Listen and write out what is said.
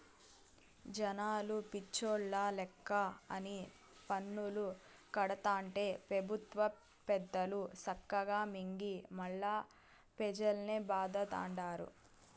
జనాలు పిచ్చోల్ల లెక్క అన్ని పన్నులూ కడతాంటే పెబుత్వ పెద్దలు సక్కగా మింగి మల్లా పెజల్నే బాధతండారు